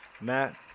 Matt